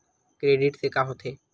Credit से का होथे?